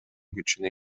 күчүнө